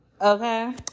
Okay